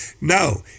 No